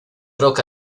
rock